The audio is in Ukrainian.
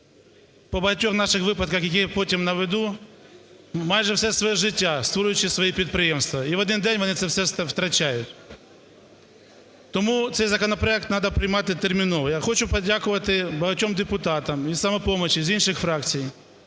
по багатьох наших випадках, які потім наведу, майже все своє життя, створюючи свої підприємства і в один день вони це все втрачають. Тому цей законопроект треба приймати терміново. Я хочу подякувати багатьом депутатам із "Самопомочі", із інших фракцій,